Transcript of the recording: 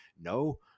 no